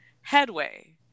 headway